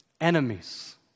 enemies